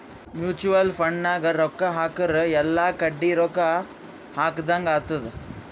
mutual fund ನಾಗ್ ರೊಕ್ಕಾ ಹಾಕುರ್ ಎಲ್ಲಾ ಕಡಿ ರೊಕ್ಕಾ ಹಾಕದಂಗ್ ಆತ್ತುದ್